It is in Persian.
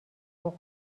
سوق